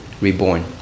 reborn